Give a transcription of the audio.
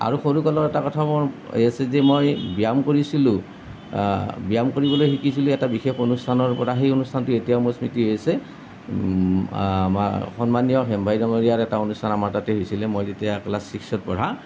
আৰু সৰুকালত এটা কথা মোৰ যে মই ব্যায়াম কৰিছিলোঁ ব্যায়াম কৰিবলৈ শিকিছিলোঁ এটা বিশেষ অনুষ্ঠানৰ পৰা সেই অনুষ্ঠানটো এতিয়াও মোৰ স্মৃতি হৈ আছে আমাৰ সন্মানীয় হেমভাই ডাঙৰীয়াৰ এটা অনুষ্ঠান আমাৰ তাতে হৈছিলে মই তেতিয়া ক্লাছ ছিক্সত পঢ়া